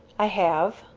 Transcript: i have,